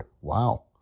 Wow